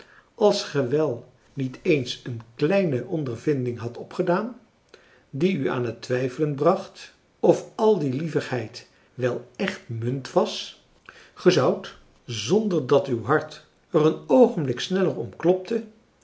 als ge wel niet eens een kleine ondervinding hadt opgedaan die u aan het twijfelen bracht of al die lievigheid wel echte munt was gij zoudt zonder dat uw hart er een oogenblik sneller om klopte